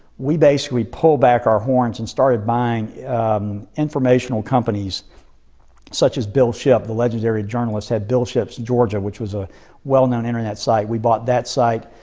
we basically pulled back our horns and started buying informational companies such as bill shipp the legendary journalist had bill shipp's georgia which was a well-known internet site. we bought that site.